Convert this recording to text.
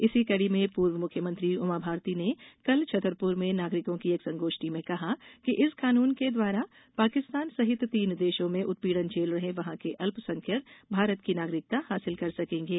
इसी कड़ी में पूर्व मुख्यमंत्री उमा भारती ने कल छतरपुर में नागरिकों की एक संगोष्ठी में कहा कि इस कानून के द्वारा पाकिस्तान सहित तीन देशों में उत्पीड़न झेल रहे वहां के अल्पसंख्यक भारत की नागरिकता हासिल कर सकेंगे